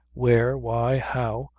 where, why, how,